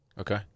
Okay